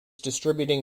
distributing